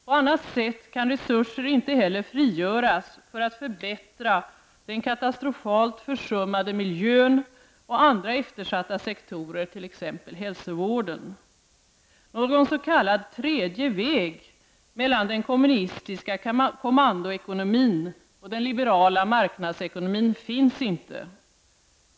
På annat sätt kan resurser inte heller frigöras för att förbättra den katastrofalt försummade miljön och andra eftersatta sektorer, t.ex. hälsovården. Någon s.k. tredje väg mellan den kommunistiska kommandoekonomin och den liberala marknadsekonomin finns inte.